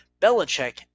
Belichick